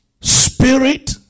spirit